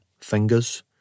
fingers